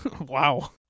Wow